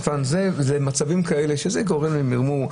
אלה מצבים שגורמים למרמור.